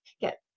get